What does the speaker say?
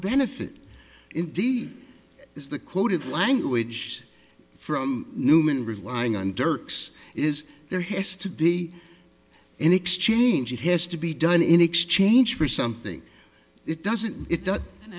benefit indeed is the quoted language from newman relying on dirk's is there has to be an exchange it has to be done in exchange for something it doesn't it does